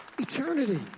eternity